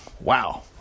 Wow